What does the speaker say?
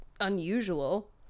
unusual